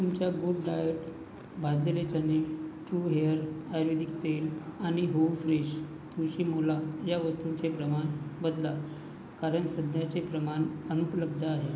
तुमच्या गुडडाएट भाजलेले चणे ट्रू हेअर आयुर्वेदिक तेल आणि होवू फ्रेश तुळशी मोला या वस्तूंचे प्रमाण बदला कारण सध्याचे प्रमाण अनुपलब्ध आहे